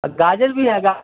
गाजर भी आएगा